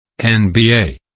NBA